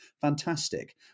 Fantastic